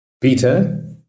Peter